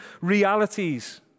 realities